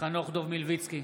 חנוך דב מלביצקי,